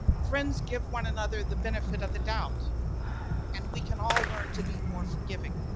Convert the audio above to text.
friends give one another the benefit of the doubt and we can all learn to be more forgiving.